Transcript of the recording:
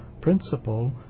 principle